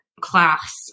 class